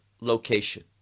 location